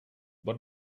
what